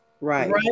Right